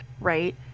right